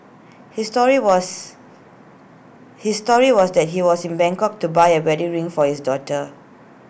his story was his story was that he was in Bangkok to buy A wedding ring for his daughter